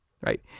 right